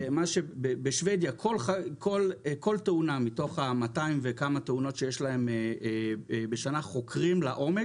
בשוודיה כל תאונה מתוך ה-200 ומשהו תאונות שיש להם בשנה חוקרים לעומק.